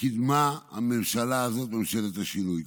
קידמה הממשלה הזאת, ממשלת השינוי.